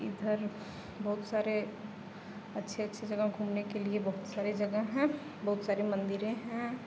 इधर बहुत सारे अच्छे अच्छे जगह घूमने के लिए बहुत सारे जगह हैं बहुत सारी मंदिरें हैं